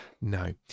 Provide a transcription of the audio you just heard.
No